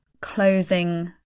closing